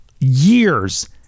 years